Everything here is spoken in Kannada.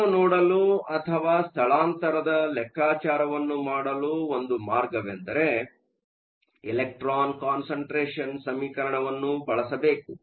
ಅದನ್ನು ನೋಡಲು ಅಥವಾ ಸ್ಥಳಾಂತರದ ಲೆಕ್ಕಾಚಾರವನ್ನು ಮಾಡಲು ಒಂದು ಮಾರ್ಗವೆಂದರೆ ಎಲೆಕ್ಟ್ರಾನ್ ಕಾನ್ಸಂಟ್ರೇಷನ್ ಸಮೀಕರಣವನ್ನು ಬಳಸಬೇಕು